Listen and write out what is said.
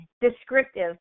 descriptive